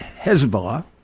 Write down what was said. Hezbollah